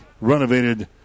renovated